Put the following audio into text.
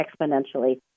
exponentially